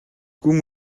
гүн